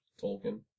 Tolkien